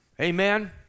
amen